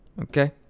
okay